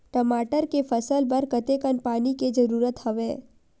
टमाटर के फसल बर कतेकन पानी के जरूरत हवय?